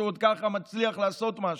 שעוד ככה מצליח לעשות משהו,